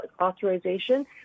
authorization